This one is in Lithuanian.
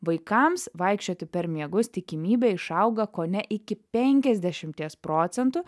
vaikams vaikščioti per miegus tikimybė išauga kone iki penkiasdešimties procentų